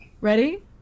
Ready